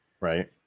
Right